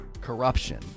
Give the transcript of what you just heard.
corruption